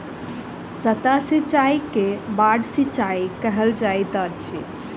सतह सिचाई के बाढ़ सिचाई कहल जाइत अछि